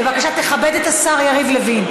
בבקשה, תכבד את השר יריב לוין.